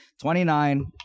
twenty-nine